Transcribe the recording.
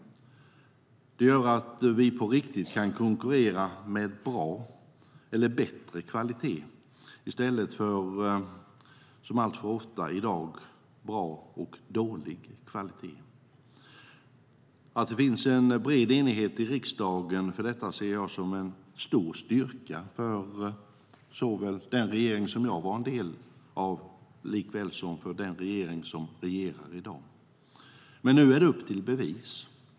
Det gör att vi på riktigt kan konkurrera om bra eller bättre kvalitet i stället för som alltför ofta i dag bra och dålig kvalitet. Att det finns en bred enighet i riksdagen för detta ser jag som en stor styrka för såväl den regering som jag var en del av som för den regering som regerar i dag. Men nu är det upp till bevis.